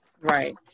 Right